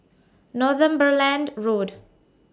Northumberland Road